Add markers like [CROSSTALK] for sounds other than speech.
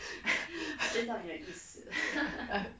[BREATH]